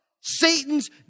Satan's